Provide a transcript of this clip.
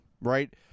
right